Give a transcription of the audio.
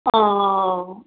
ஆ ஆ ஆ